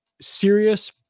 serious